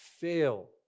fail